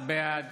בעד